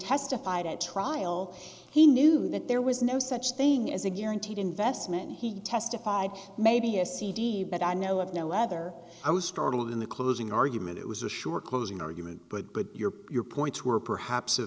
testified at trial he knew that there was no such thing as a guaranteed investment he testified maybe a cd but i know of no whether i was startled in the closing argument it was a sure closing argument but but you're your points were perhaps of